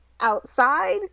outside